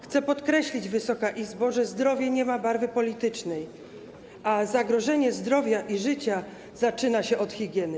Chcę podkreślić, Wysoka Izbo, że zdrowie nie ma barwy politycznej, a zagrożenie zdrowia i życia zaczyna się od higieny.